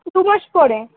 দু মাস পরে